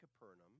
Capernaum